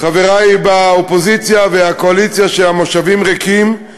חברי באופוזיציה, ובקואליציה, שהמושבים שלה ריקים,